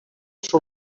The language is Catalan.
són